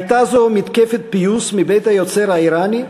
הייתה זו מתקפת פיוס מבית היוצר האיראני,